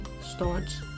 starts